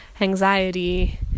anxiety